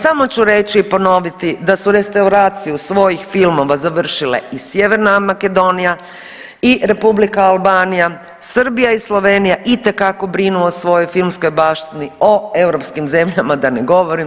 Samo ću reći i ponoviti da su restauraciju svojih filmova završile i Sjeverna Makedonija i Republika Albanija, Srbija i Slovenija itekako brinu o svojoj filmskoj baštini, o europskim zemljama da ne govorim.